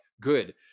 good